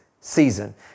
season